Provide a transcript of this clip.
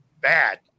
bad